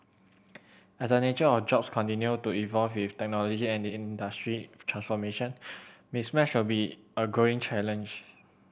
as the nature of jobs continue to evolve with technology and industry transformation mismatch will be a growing challenge